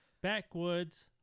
backwoods